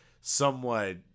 somewhat